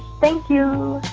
thank you